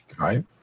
Right